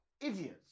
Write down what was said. Idiots